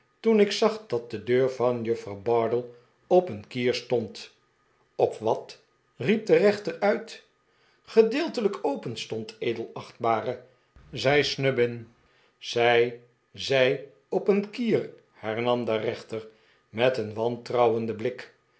toen ik zag dat de deur van juffrouw bardell op een kier stond op wat riep de rechter uit gedeeltelijk openstond edelachtbare zei snubbin zij zei op een kier hernam de rechter met een wantrouwenden blik